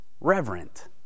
reverent